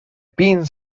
penn